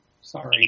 sorry